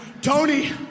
Tony